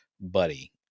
buddy